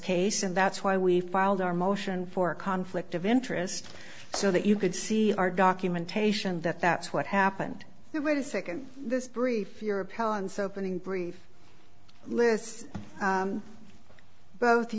case and that's why we filed our motion for conflict of interest so that you could see our documentation that that's what happened here wait a second this brief your parents opening brief lists both of